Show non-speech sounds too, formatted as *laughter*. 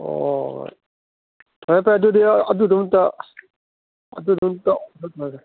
ꯑꯣ ꯐꯔꯦ ꯐꯔꯦ ꯑꯗꯨꯗꯤ ꯑꯗꯨꯗꯣ ꯑꯝꯇ ꯑꯁ ꯑꯗꯨꯗꯣ ꯑꯝꯇ *unintelligible*